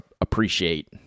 appreciate